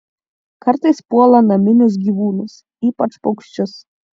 kartais puola naminius gyvūnus ypač paukščius